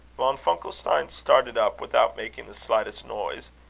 von funkelstein started up without making the slightest noise,